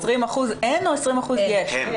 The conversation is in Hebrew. ל-20% אין, או ל-20% יש?